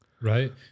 right